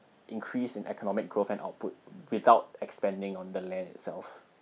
increase in economic growth and output without expanding on the land itself